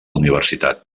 universitat